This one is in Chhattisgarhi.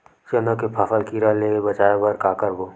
चना के फसल कीरा ले बचाय बर का करबो?